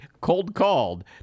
cold-called